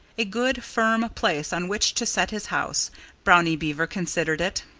a good, firm place on which to set his house brownie beaver considered it.